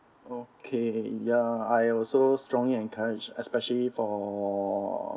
okay ya I also strongly encouraged especially for